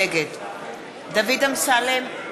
נגד דוד אמסלם,